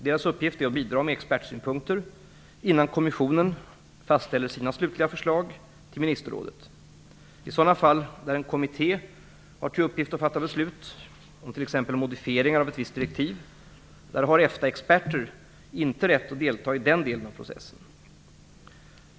Deras uppgift är att bidra med expertsynpunkter innan kommissionen fastställer sina slutliga förslag till ministerrådet. I sådana fall där en kommitté har till uppgift att fatta beslut om t.ex. modifieringar av ett visst direktiv har EFTA-experter inte rätt att delta i den delen av processen.